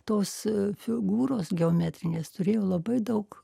tos figūros geometrinės turėjo labai daug